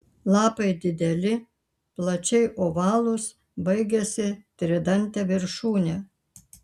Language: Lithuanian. lapai dideli plačiai ovalūs baigiasi tridante viršūne